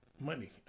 money